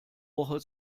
woche